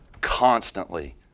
constantly